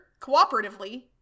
cooperatively